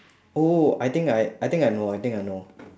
oh I think I I think I know I think I know